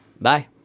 Bye